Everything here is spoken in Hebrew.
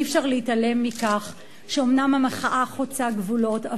אי-אפשר להתעלם מכך שאומנם המחאה חוצה גבולות,